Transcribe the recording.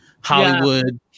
Hollywood